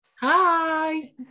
Hi